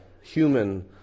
human